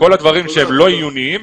כל הדברים שהם לא עיוניים,